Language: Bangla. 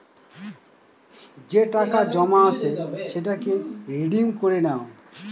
যে টাকা জমা আছে সেটাকে রিডিম করে নাও